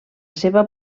seva